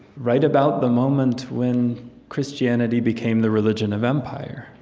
right about the moment when christianity became the religion of empire.